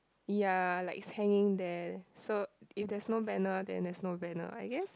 ya like it's hanging there so if there's no banner then there's no banner I guess